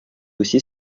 aussi